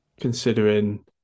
considering